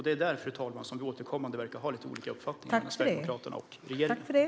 Det är där, fru talman, som Sverigedemokraterna och regeringen återkommande verkar ha lite olika uppfattningar.